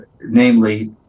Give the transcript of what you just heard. namely